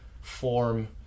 form